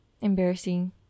embarrassing